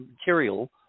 material